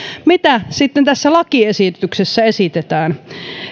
mitä sitten tässä lakiesityksessä esitetään